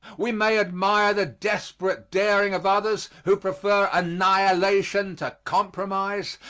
we may admire the desperate daring of others who prefer annihilation to compromise,